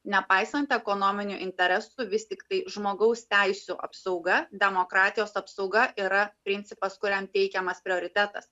nepaisant ekonominių interesų vis tiktai žmogaus teisių apsauga demokratijos apsauga yra principas kuriam teikiamas prioritetas